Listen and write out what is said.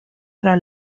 fra